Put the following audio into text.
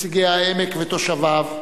נציגי העמק ותושביו,